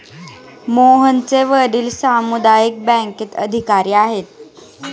मोहनचे वडील सामुदायिक बँकेत अधिकारी आहेत